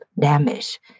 damage